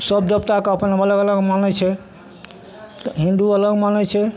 सब सब देवताके अपन अलग अलग मानै छै तऽ हिन्दू अलग मानै छै